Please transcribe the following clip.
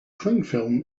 clingfilm